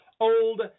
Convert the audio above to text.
Old